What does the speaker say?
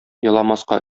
еламаска